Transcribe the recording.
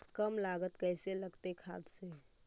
कम लागत कैसे लगतय खाद से?